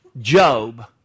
Job